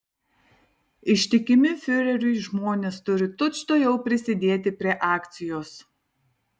ištikimi fiureriui žmonės turi tučtuojau prisidėti prie akcijos